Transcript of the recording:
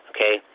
Okay